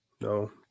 No